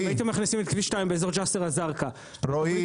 מכניסים את כביש 2 באזור ג'סר א-זרקא בתוכנית